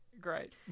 Great